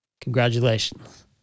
Congratulations